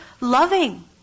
loving